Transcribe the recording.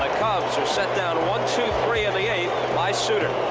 cubs are set down one, two, three in the eighth by sutter.